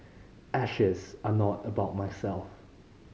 ashes are not about myself